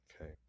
Okay